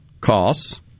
costs